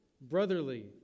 brotherly